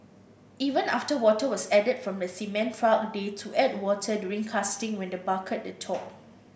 even after water was added from the cement truck they to add water during casting when the bucket the top